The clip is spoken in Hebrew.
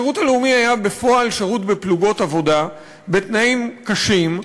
השירות הלאומי היה בפועל שירות בפלוגות עבודה בתנאים קשים.